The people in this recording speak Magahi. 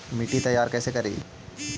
मिट्टी तैयारी कैसे करें?